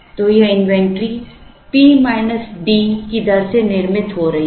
तो यह inventory P D की दर से निर्मित हो रही है